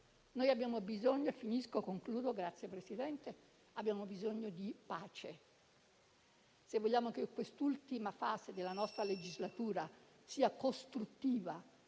Noi abbiamo bisogno di pace. Se vogliamo che quest'ultima fase della nostra legislatura sia costruttiva